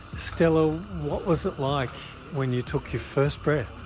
stella what was it like when you took your first breath?